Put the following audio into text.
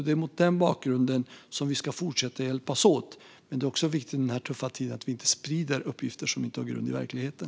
Det är mot den bakgrunden vi ska fortsätta hjälpas åt. Men det är också viktigt under den här tuffa tiden att vi inte sprider uppgifter som inte har grund i verkligheten.